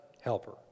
helper